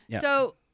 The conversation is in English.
so-